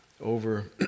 over